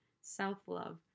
Self-love